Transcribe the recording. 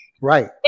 right